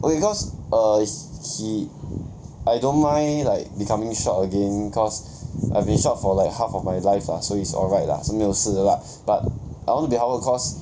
okay cause err is he I don't mind like becoming short again cause I've been short for like half of my life lah so it's alright lah so 没有事的 lah but I want to be howard cause